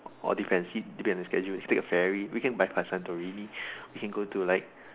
or defensive to be on the schedule we can bypass santorini we can go to like